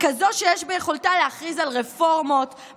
כזאת שיש ביכולתה להכריז על רפורמות,